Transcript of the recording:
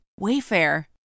Wayfair